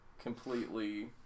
completely